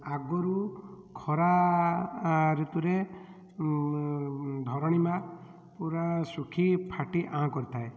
ଆଗୁରୁ ଖରା ଋତୁରେ ଧରଣୀ ମା ପୁରା ଶୁଖି ଫାଟି ଆଁ କରିଥାଏ